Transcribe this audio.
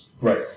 Right